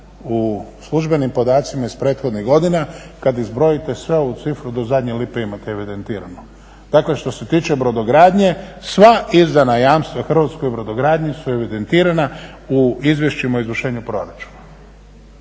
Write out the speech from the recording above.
U službenim podacima iz prethodnih godina kad izbrojite sve ovu cifru do zadnje lipe imate evidentiranu. Dakle, što se tiče brodogradnje sva izdana jamstva hrvatskoj brodogradnji su evidentirana u izvješćima o izvršenju proračuna.